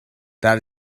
that